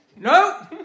No